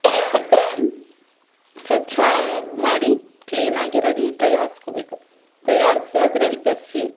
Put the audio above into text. ಸ್ವಚ್ಛ ಮಾಡಿ ಕ್ಲೀನ್ ಆಗಿ ರೆಡಿ ತಯಾರಿಸ್ಕೊಬೇಕು ತಯಾರಿಸಿ ಅದ್ರಲ್ಲಿ ಬೆರೆಸಿ